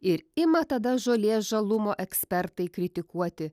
ir ima tada žolės žalumo ekspertai kritikuoti